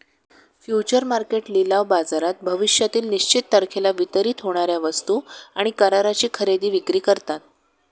future market लिलाव बाजारात भविष्यातील निश्चित तारखेला वितरित होणार्या वस्तू आणि कराराची खरेदी विक्री करतात